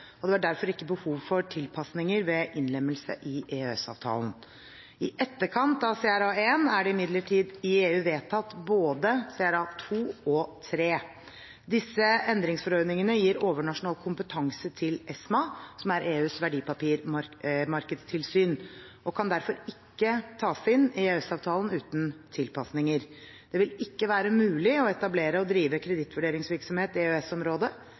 og det var derfor ikke behov for tilpasninger ved innlemmelse i EØS-avtalen. I etterkant av CRA I er det imidlertid i EU vedtatt både CRA II og CRA III. Disse endringsforordningene gir overnasjonal kompetanse til ESMA, som er EUs verdipapirmarkedstilsyn, og kan derfor ikke tas inn i EØS-avtalen uten tilpasninger. Det vil ikke være mulig å etablere og drive kredittvurderingsvirksomhet